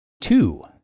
Two